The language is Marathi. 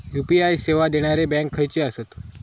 यू.पी.आय सेवा देणारे बँक खयचे आसत?